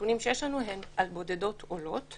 והנתונים שיש לנו הם על בודדות עולות,